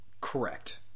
Correct